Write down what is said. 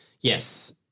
yes